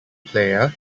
player